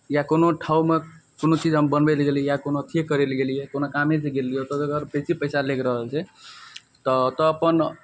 या कोनो ठाममे कोनो चीज हम बनबै लै गेलिए या कोनो अथिए करै ले गेलिए कोनो कामेसे गेलिए ओतऽ बेसी पइसा लागि रहल छै तऽ ओतऽ अपन